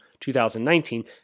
2019